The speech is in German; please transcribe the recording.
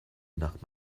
nach